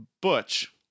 Butch